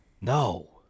No